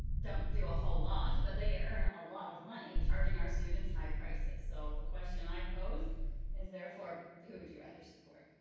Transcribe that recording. don't do a whole lot. but they earn a lot of money charging our students high prices. so the question i pose is, therefore, who would you rather support?